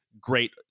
great